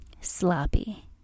sloppy